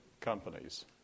companies